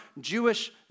Jewish